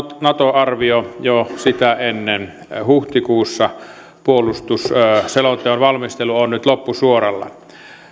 nato arvio jo sitä ennen huhtikuussa ja puolustusselonteon valmistelu on nyt loppusuoralla